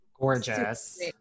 Gorgeous